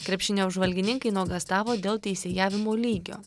krepšinio apžvalgininkai nuogąstavo dėl teisėjavimo lygio